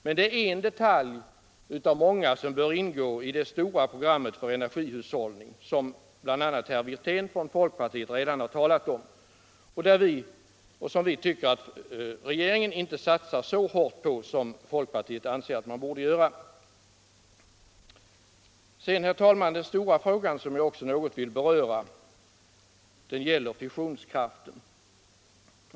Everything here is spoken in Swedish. Men det är en detalj av många som bör ingå i det stora program för energihushållningen som bl.a. herr Wirtén från folkpartiet redan har talat om och som vi tycker att regeringen inte satsar så hårt på som folkpartiet anser att man borde göra. Den stora fråga, herr talman, som jag något vill beröra, gäller fissionskraften.